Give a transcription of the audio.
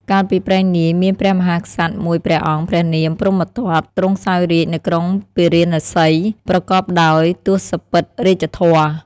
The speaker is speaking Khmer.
កាលពីព្រេងនាយ មានព្រះមហាក្សត្រមួយព្រះអង្គព្រះនាមព្រហ្មទត្ត ទ្រង់សោយរាជ្យនៅក្រុងពារាណសី ប្រកបដោយទសពិធរាជធម៌។